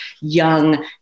young